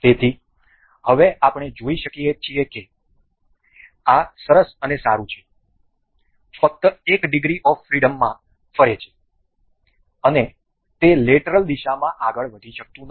તેથી હવે આપણે જોઈ શકીએ કે આ સરસ અને સારું છે ફક્ત એક ડિગ્રી ઓફ ફ્રિડમમાં ફરે છે અને તે લેટરલ દિશામાં આગળ વધી શકતું નથી